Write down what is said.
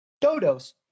Dodos